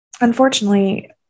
unfortunately